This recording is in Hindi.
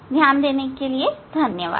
ध्यान देने के लिए धन्यवाद